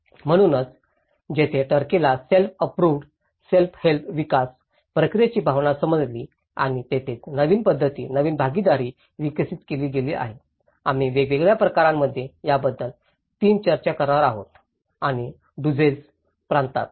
म्हणूनच तेथेच टर्कीला सेल्फ अँप्रोव्हड सेल्फ हेल्प विकास प्रक्रियेची भावना समजली आणि तेथेच नवीन पध्दती नवीन भागीदारी विकसित केली गेली आहे आम्ही वेगवेगळ्या प्रकरणांमध्ये याबद्दल 3 चर्चा करणार आहोत आणि दुझसे प्रांतात